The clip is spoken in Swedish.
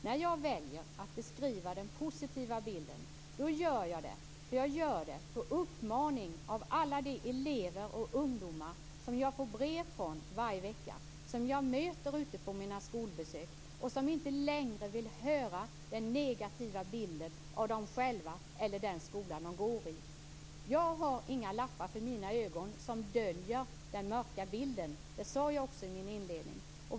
När jag väljer att beskriva den positiva bilden gör jag det på uppmaning av alla de elever och ungdomar som jag får brev från varje vecka, som jag möter ute på mina skolbesök och som inte längre vill höra den negativa bilden av dem själva eller av den skola de går i. Jag har inga lappar för mina ögon som döljer den mörka bilden. Det sade jag också i min inledning.